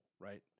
right